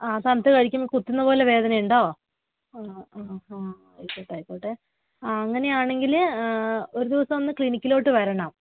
ആ തണുത്തത് കഴിക്കുമ്പോള് കുത്തുന്നതുപോലെ വേദനയുണ്ടോ ആ ഹാ ഹാ ആയിക്കോട്ടെ ആയിക്കോട്ടെ ആ അങ്ങനെയാണെങ്കില് ഒരു ദിവസമൊന്ന് ക്ലിനിക്കിലേക്ക് വരണം